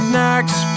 next